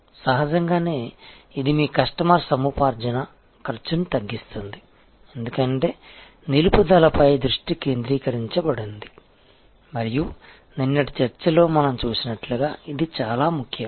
సహజంగానే ఇది మీ కస్టమర్ సముపార్జన ఖర్చును తగ్గిస్తుంది ఎందుకంటే నిలుపుదలపై దృష్టి కేంద్రీకరించబడింది మరియు నిన్నటి చర్చలో మనం చూసినట్లుగా ఇది చాలా ముఖ్యం